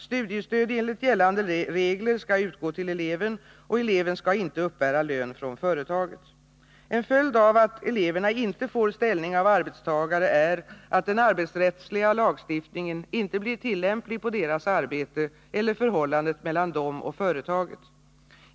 Studiestöd enligt gällande regler skall utgå till eleven, och eleven skall inte uppbära lön från företaget. En följd av att eleverna inte får ställning av arbetstagare är att den arbetsrättsliga lagstiftningen inte blir tillämplig på deras arbete eller förhållandet mellan dem och företaget.